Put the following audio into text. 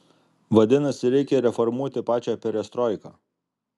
vadinasi reikia reformuoti pačią perestroiką